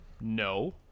No